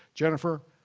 jennifer,